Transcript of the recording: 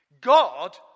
God